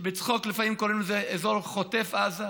שבצחוק לפעמים קוראים לזה אזור חוטף עזה,